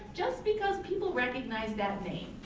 just because people recognize that name,